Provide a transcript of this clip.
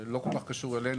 לא כל כך קשור אלינו,